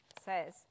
says